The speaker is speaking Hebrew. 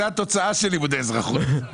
זה התוצאה של לימודי אזרחות.